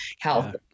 health